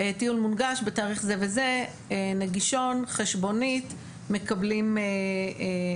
טיול מונגש בתאריך זה וזה נגישון חשבונית מקבלים החזר,